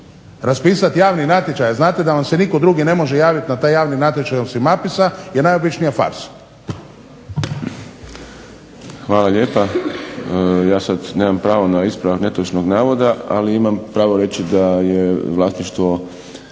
Raspisati javni natječaj, a znate da vam se nitko drugi ne može javiti na taj javni natječaj osim APIS-a je najobičnija farsa. **Šprem, Boris (SDP)** Hvala lijepa. Ja sad nemam pravo na ispravak netočnog navoda, ali imam pravo reći da je vlasništvo